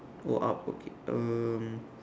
oh up okay um